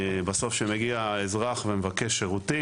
בסוף כשמגיע האזרח ומבקש שירותים,